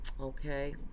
okay